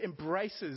embraces